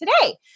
today